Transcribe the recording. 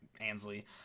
Ansley